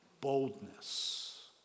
boldness